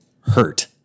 hurt